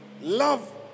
Love